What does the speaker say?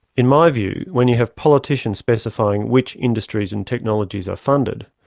in my view, when you have politicians specifying which industries and technologies are funded,